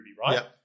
right